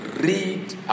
read